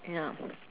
ya